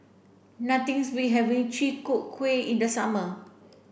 nothing's beat having Chi Kak Kuih in the summer